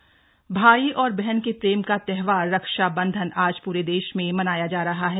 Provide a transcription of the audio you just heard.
रक्षाबंधन प्रदेश भाई और बहन के प्रेम का त्योहार रक्षा बंधन आज पूरे देश में मनाया जा रहा है